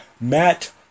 Matt